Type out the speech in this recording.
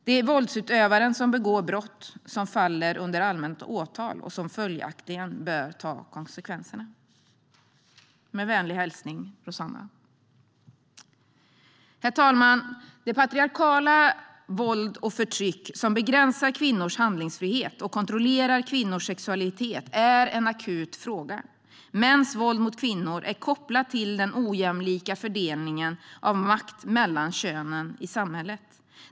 Det är våldsutövaren som begår brott som faller under allmänt åtal och som följaktligen bör ta konsekvenserna. Med vänlig hälsning Rossana. Herr talman! Det patriarkala våld och förtryck som begränsar kvinnors handlingsfrihet och kontrollerar kvinnors sexualitet är en akut fråga. Mäns våld mot kvinnor är kopplat till den ojämlika fördelningen av makt mellan könen i samhället.